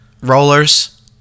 rollers